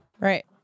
Right